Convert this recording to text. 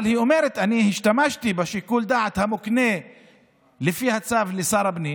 אבל היא אומרת: אני השתמשתי בשיקול הדעת המוקנה לפי הצו לשר הפנים,